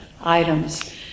items